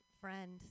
friend